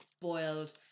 boiled